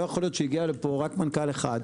לא יכול להיות שהגיע לפה רק מנכ"ל אחד.